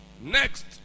Next